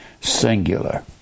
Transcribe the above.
singular